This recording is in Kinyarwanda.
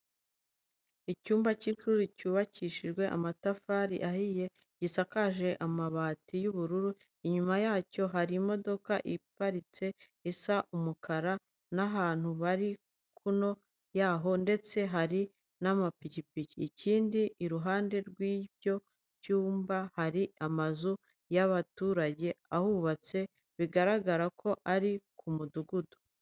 Icyumba cy'ishuri cyubakishije amatafari ahiye, gisakaje amabati y'ubururu. Inyuma yacyo hari imodoka ihaparitse isa umukara n'abantu bari hakuno yayo ndetse hari n'amapikipiki. Ikindi iruhande rw'ibyo byumba hari amazu y'abaturage ahubatse, bigaragara ko ari ku mudugudu.